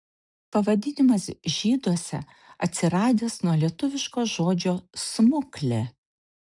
pavadinimas žyduose atsiradęs nuo lietuviško žodžio smuklė